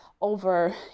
over